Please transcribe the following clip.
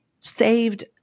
saved